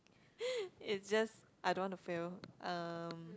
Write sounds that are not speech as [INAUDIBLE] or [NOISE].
[NOISE] it just I don't want to fail um